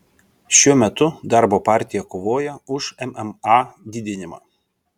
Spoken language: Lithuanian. šiuo metu darbo partija kovoja už mma didinimą